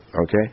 Okay